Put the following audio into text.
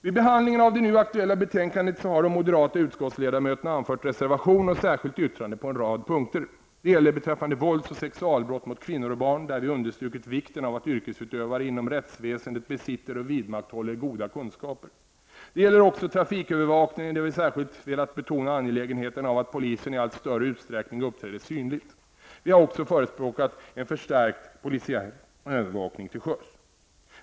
Vid behandlingen av det nu aktuella betänkandet har de moderata utskottsledamöterna anfört reservation och särskilt yttrande på en rad punkter. Det gäller beträffande vålds och sexualbrott mot kvinnor och barn, där vi understrukit vikten av att yrkesutövare inom rättsväsendet besitter och vidmakthåller goda kunskaper. Det gäller också trafikövervakningen, där vi särskilt velat betona angelägenheten av att polisen i allt större utsträckning uppträder synligt. Vi har också förespråkat en förstärkt polisiär övervakning till sjöss.